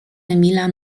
emila